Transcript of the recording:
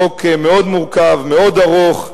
חוק מאוד מורכב, מאוד ארוך,